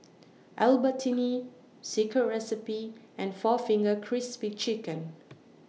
Albertini Secret Recipe and four Fingers Crispy Chicken